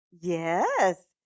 Yes